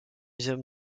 national